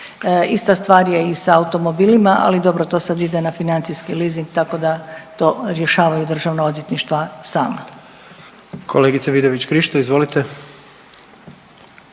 Ista stvar je i sa automobilima, ali dobro to sad ide na financijski leasing, tako da to rješavaju državna odvjetništva sama. **Jandroković, Gordan